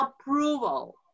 approval